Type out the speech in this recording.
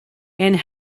and